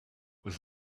was